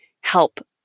help